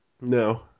No